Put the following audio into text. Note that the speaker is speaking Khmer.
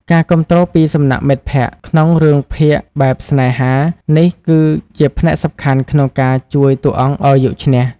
ការគាំទ្រពីសំណាក់មិត្តភក្តិ ក្នុងរឿងភាពបែបស្នេហានេះគឺជាផ្នែកសំខាន់ក្នុងការជួយតួអង្គឱ្យយកឈ្នះ។